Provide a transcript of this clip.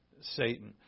Satan